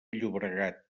llobregat